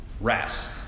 rest